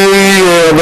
כי לפי הבנתי,